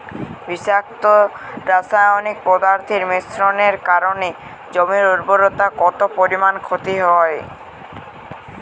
বিষাক্ত রাসায়নিক পদার্থের মিশ্রণের কারণে জমির উর্বরতা কত পরিমাণ ক্ষতি হয়?